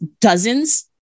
dozens